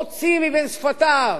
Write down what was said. הוציא מבין שפתיו.